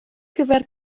gyfer